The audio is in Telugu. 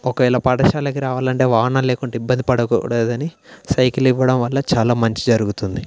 ఒకవేళ పాఠశాలకి రావాలంటే వాహనం లేకుంటే ఇబ్బంది పడకూడదని సైకిల్ ఇవ్వడం వల్ల చాలా మంచి జరుగుతుంది